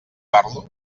parlo